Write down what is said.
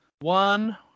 one